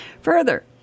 Further